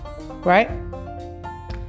Right